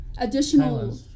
Additional